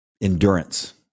endurance